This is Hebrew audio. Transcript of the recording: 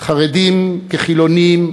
חרדים כחילונים,